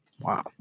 wow